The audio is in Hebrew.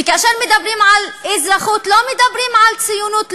וכאשר מדברים על אזרחות לא מדברים על ציונות,